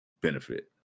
benefit